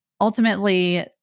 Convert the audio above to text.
Ultimately